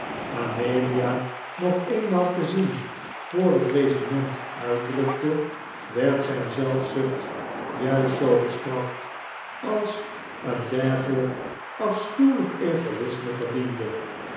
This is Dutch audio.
amelia nog eenmaal te zien voor het regiment uitrukte werd zijn zelfzucht juist zoo gestraft als een dergelijk afschuwelijk egoisme verdiende